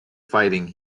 fighting